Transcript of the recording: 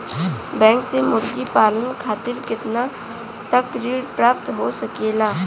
Bank से मुर्गी पालन खातिर कितना तक ऋण प्राप्त हो सकेला?